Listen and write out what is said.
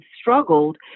struggled